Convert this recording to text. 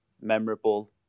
memorable